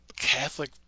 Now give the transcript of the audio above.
catholic